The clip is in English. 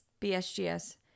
BSGS